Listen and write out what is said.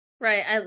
right